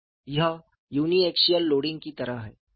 यह uniaxial loading की तरह है